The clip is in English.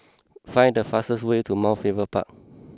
find the fastest way to Mount Faber Park